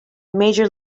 major